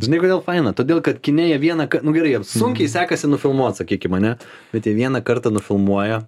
žinai kodėl faina todėl kad kine jie vieną nu gerai jiem sunkiai sekasi nufilmuot sakykim ane bet jie vieną kartą nufilmuoja